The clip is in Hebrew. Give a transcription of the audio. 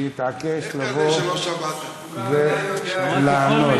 שהתעקש לבוא ולענות.